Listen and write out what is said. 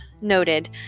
noted